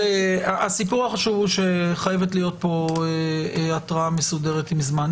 הסיפור החשוב הוא שחייבת להיות פה התראה מסודרת עם זמן.